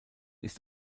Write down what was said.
ist